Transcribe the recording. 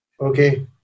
okay